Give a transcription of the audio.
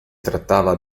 trattava